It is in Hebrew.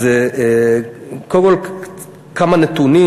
אז קודם כול כמה נתונים.